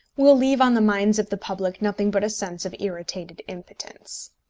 will leave on the minds of the public nothing but a sense of irritated impotence.